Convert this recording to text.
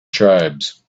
tribes